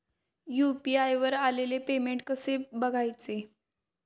UPI वर आलेले payment कसे बघायचे?